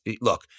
look